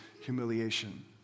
humiliation